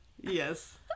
yes